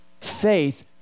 Faith